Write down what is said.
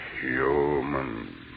human